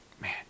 man